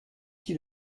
qui